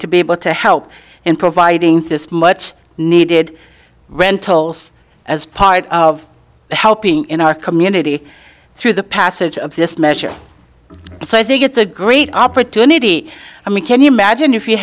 to be able to help in providing this much needed rentals as part of helping in our community through the passage of this measure so i think it's a great opportunity i mean can you imagine if